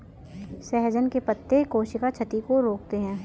सहजन के पत्ते कोशिका क्षति को रोकते हैं